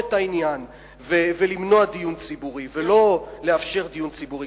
את העניין ולמנוע דיון ציבורי ולא לאפשר דיון ציבורי,